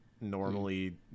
normally